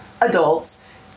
adults